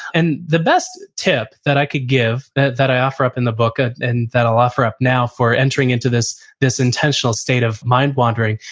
and the best tip that i could give, that that i offer up in the book and and that i'll offer up now for entering into this this intentional state of mind wandering,